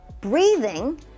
breathing